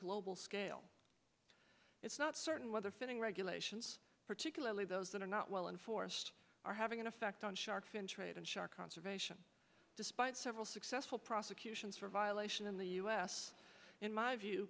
global scale it's not certain whether fitting regulations particularly those that are not well in force are having an effect on shark fin trade and shark conservation despite several successful prosecutions for violation in the us in my view